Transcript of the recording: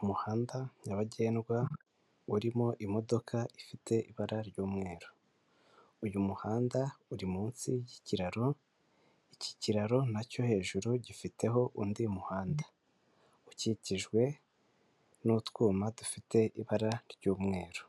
Umuhanda nyabagendwa urimo imodoka ifite ibara ry'umweru, uyu muhanda uri munsi y'ikiraro. Iki kiraro na cyo hejuru gifiteho undi muhanda ukikijwe n'utwuma dufite ibara ry'umweru